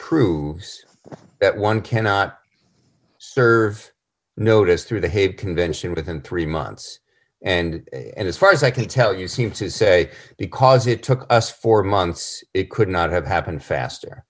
through that one cannot serve notice through the hague convention within three months and as far as i can tell you seem to say because it took us four months it could not have happened